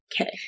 okay